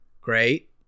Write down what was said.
Great